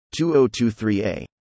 2023a